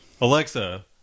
Alexa